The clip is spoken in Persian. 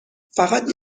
فقط